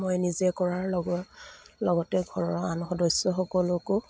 মই নিজে কৰাৰ লগৰ লগতে ঘৰৰ আন সদস্যসকলকো